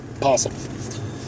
possible